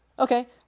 Okay